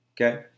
Okay